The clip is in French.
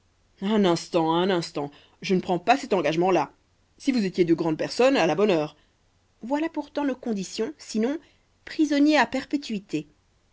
un instant un instant je ne prends pas cet engagement là si vous étiez de grandes personnes à la bonne heure voilà pourtant nos conditions sinon prisonnier à perpétuité